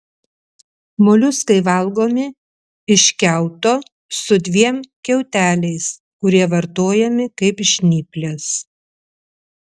moliuskai valgomi iš kiauto su dviem kiauteliais kurie vartojami kaip žnyplės